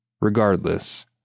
Regardless